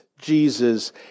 Jesus